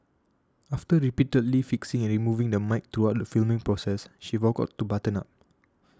after repeatedly fixing and removing the mic throughout the filming process she forgot to button up